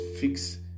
fix